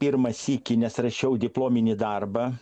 pirmą sykį nes rašiau diplominį darbą